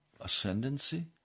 ascendancy